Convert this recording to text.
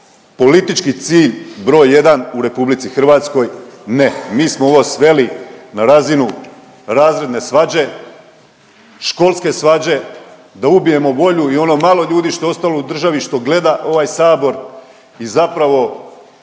politički cilj broj jedan u RH, ne, mi smo ovo sveli na razinu razredne svađe, školske svađe, da ubijemo volju i ono malo ljudi što je ostalo u državi što gleda ovaj sabor i zapravo